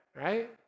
right